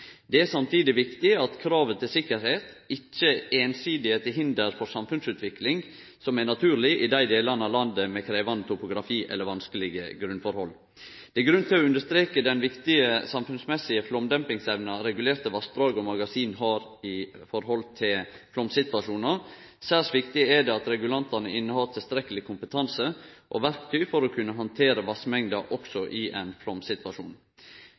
Det er samtidig viktig at kravet til sikkerheit ikkje einsidig er til hinder for samfunnsutvikling som er naturleg i dei delane av landet med krevjande topografi eller vanskelege grunnforhold. Det er grunn til å understreke den viktige samfunnsmessige flaumdempingsevna regulerte vassdrag og magasin har i forhold til flaumsituasjonar. Særs viktig er det at regulantane har tilstrekkeleg kompetanse og verktøy for å kunne handtere vassmengda også i ein